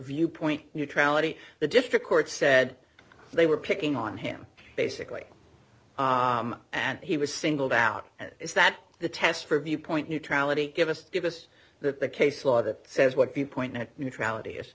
viewpoint neutrality the district court said they were picking on him basically and he was singled out and is that the test for viewpoint neutrality give us give us that the case law that says what viewpoint neutrality is